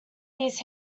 these